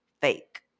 fake